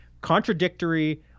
contradictory